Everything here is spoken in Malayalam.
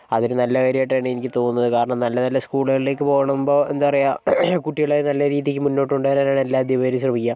അതൊരു നല്ല കാര്യമായിട്ടാണ് എനിക്ക് തോന്നുന്നത് കാരണം നല്ല നല്ല സ്കൂളുകളിലേക്ക് പോകുമ്പോൾ എന്താപറയാ കുട്ടികളെ നല്ല രീതിക്ക് മുന്നോട്ട് കൊണ്ടു പോകാനാണ് എല്ലാ അദ്ധ്യപകരും ശ്രമിക്കുക